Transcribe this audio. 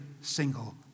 single